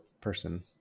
person